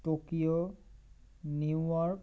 Tokyo New York